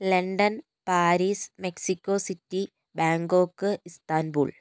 London Paris Mexico city Bangkok Istanbul